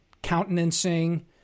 countenancing